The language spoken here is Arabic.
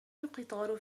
القطار